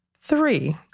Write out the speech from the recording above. three